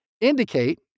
indicate